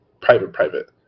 private-private